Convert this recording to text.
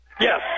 Yes